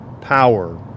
power